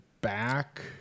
back